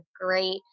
great